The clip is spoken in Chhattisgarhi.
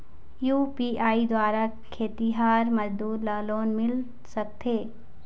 यू.पी.आई द्वारा खेतीहर मजदूर ला लोन मिल सकथे?